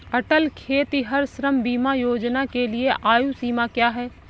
अटल खेतिहर श्रम बीमा योजना के लिए आयु सीमा क्या है?